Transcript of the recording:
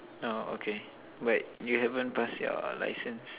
orh okay but you haven't pass your license